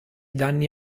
danni